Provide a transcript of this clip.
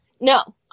No